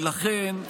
ולכן,